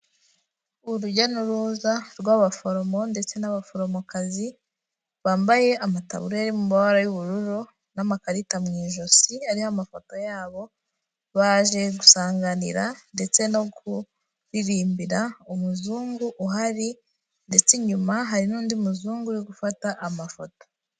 Urujya n’uruza rw’abaforomo ndetse n’abaforomokazi bambaye amataburiya ari mu mabara y’ubururu, n’amakarita mu ijosi ariho amafoto yabo, baje gusanganira ndetse no kuririmbira umuzungu uhari, ndetse inyuma hari n’undi muzungu uri gufata amafoto.